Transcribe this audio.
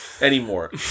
anymore